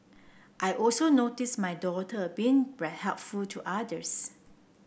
I also notice my daughter being to others